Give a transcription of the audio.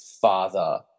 father